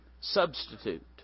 substitute